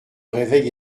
réveil